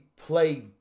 play